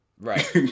Right